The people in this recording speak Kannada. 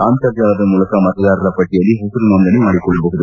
ಅಂತರ್ಜಾಲದ ಮೂಲಕ ಮತದಾರರ ಪಟ್ಟಯಲ್ಲಿ ಹೆಸರು ನೋಂದಣಿ ಮಾಡಿಕೊಳ್ಟಬಹುದು